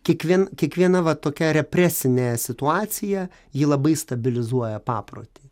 kiekvien kiekviena va tokia represinė situacija ji labai stabilizuoja paprotį